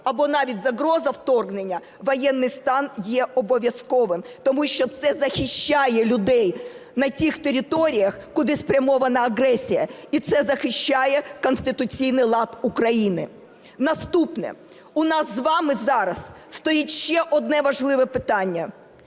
або навіть загроза вторгнення, воєнний стан є обов'язковим. Тому що це захищає людей на тих територіях, куди спрямована агресія і це захищає конституційний лад України. Наступне. У нас з вами зараз стоїть ще одне важливе питання: